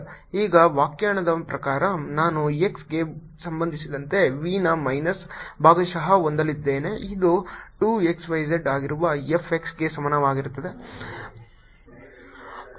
ಈಗ ವ್ಯಾಖ್ಯಾನದ ಪ್ರಕಾರ ನಾನು x ಗೆ ಸಂಬಂಧಿಸಿದಂತೆ v ನ ಮೈನಸ್ ಭಾಗಶಃ ಹೊಂದಲಿದ್ದೇನೆ ಇದು 2 x y z ಆಗಿರುವ F x ಗೆ ಸಮನಾಗಿರುತ್ತದೆ